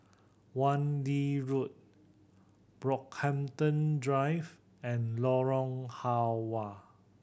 Wan Lee Road Brockhampton Drive and Lorong Halwa